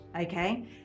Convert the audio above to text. okay